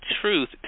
truth